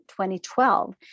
2012